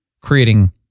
creating